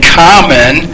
common